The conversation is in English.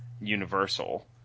universal